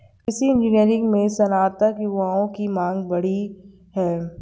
कृषि इंजीनियरिंग में स्नातक युवाओं की मांग बढ़ी है